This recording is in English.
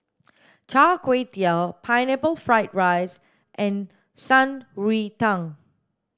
char kway teow pineapple fried rice and shan rui tang